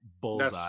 bullseye